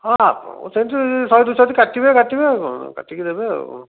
ହଁ ଆପଣ ସେମିତି ଶହେ ଦୁଇ ଶହ ଯଦି କାଟିବେ କାଟିବେ ଆଉ କ'ଣ କାଟିକି ଦେବେ ଆଉ କ'ଣ